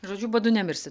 žodžiu badu nemirsit